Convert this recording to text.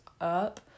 up